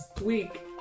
Week